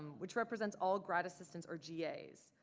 which represents all grad assistants or gas.